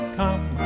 come